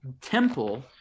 temple